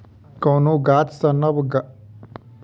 कोनो गाछ सॅ नव गाछ होयबाक लेल ओकर बीया के अंकुरायब आवश्यक होइत छै